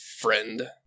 friend